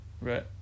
Right